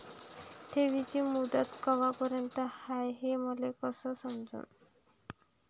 ठेवीची मुदत कवापर्यंत हाय हे मले कस समजन?